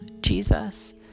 Jesus